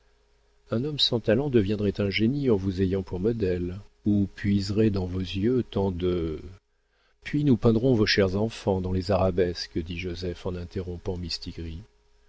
un homme sans talent deviendrait un génie en vous ayant pour modèle on puiserait dans vos yeux tant de puis nous peindrons vos chers enfants dans les arabesques dit joseph en interrompant mistigris